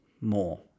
more